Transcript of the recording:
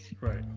right